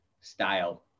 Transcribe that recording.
style